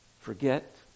forget